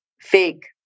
fake